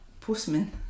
postman